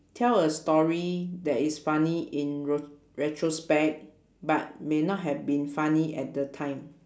tell a story that is funny in re~ retrospect but may not have been funny at the time